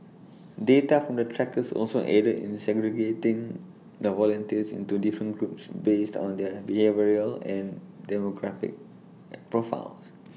data from the trackers also aided in segregating the volunteers into different groups based on their behavioural and demographic profiles